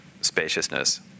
spaciousness